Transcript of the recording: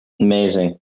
Amazing